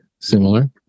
similar